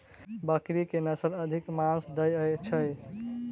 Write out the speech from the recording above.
बकरी केँ के नस्ल अधिक मांस दैय छैय?